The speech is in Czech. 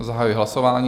Zahajuji hlasování.